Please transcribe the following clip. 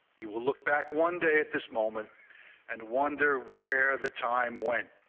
you will look back one day at this moment and wonder where the time went